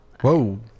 whoa